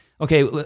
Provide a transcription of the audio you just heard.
okay